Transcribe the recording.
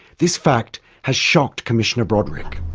this fact has shocked commissioner broderick.